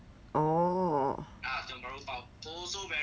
oh